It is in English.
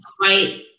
right